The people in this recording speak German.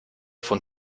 von